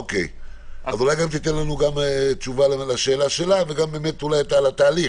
אולי תיתן לנו גם תשובה לשאלה שלה ועל התהליך.